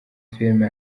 filime